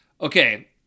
Okay